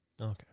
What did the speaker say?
Okay